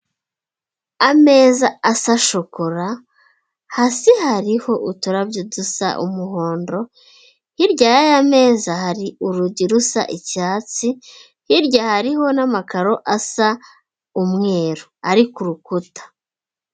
Ameza asa shokora hasi hariho uturabyo dusa umuhondo, hirya y'aya meza hari urugi rusa icyatsi, hirya hariho n'amakaro asa umweru ari ku rukuta.